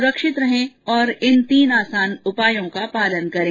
सुरक्षित रहें और इन तीन आसान उपायों का पालन करें